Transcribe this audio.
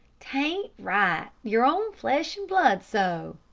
t ain't right your own flesh and blood so.